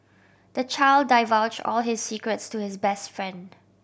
the child divulge all his secrets to his best friend